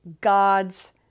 God's